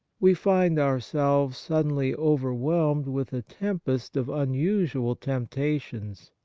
we find ourselves suddenly overwhelmed with a tempest of unusual temptations,